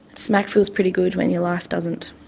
smack feels pretty good when your life doesn't.